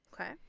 Okay